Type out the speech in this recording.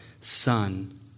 son